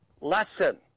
lesson